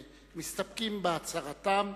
אלא מסתפקים בהצהרתם.